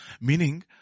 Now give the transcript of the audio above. meaning